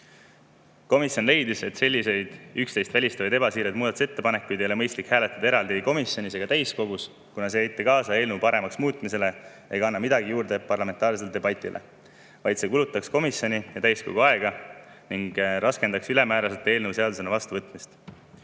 Komisjon leidis, et selliseid üksteist välistavaid ebasiiraid muudatusettepanekuid ei ole mõistlik hääletada eraldi ei komisjonis ega täiskogus, kuna see ei aitaks kaasa eelnõu paremaks muutmisele ega annaks midagi juurde parlamentaarsele debatile, vaid kulutaks komisjoni ja täiskogu aega ning raskendaks ülemääraselt eelnõu seadusena vastuvõtmist.